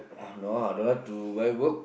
!wah! no ah I don't like to buy book